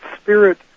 spirit